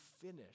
finish